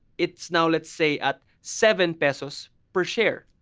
it's now let's say, at seven pesos per share.